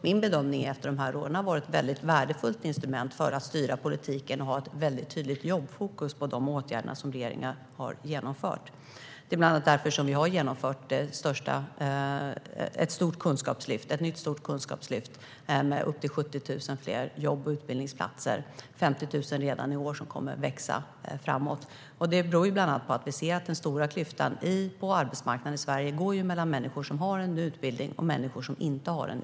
Min bedömning efter dessa år är att detta har varit ett värdefullt instrument för att styra politiken och ha ett tydligt jobbfokus på de åtgärder som regeringen har genomfört. Det är bland annat därför vi har genomfört ett nytt stort kunskapslyft med upp till 70 000 fler jobb och utbildningsplatser. Redan i år växer 50 000 fram. Detta beror bland annat på att vi ser att den stora klyftan på arbetsmarknaden i Sverige går mellan människor som har en utbildning och människor som inte har det.